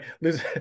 Lose